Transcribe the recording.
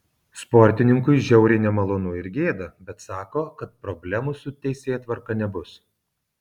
sportininkui žiauriai nemalonu ir gėda bet sako kad problemų su teisėtvarka nebus